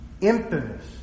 infamous